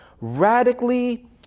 radically